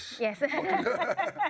Yes